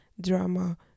drama